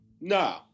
No